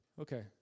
okay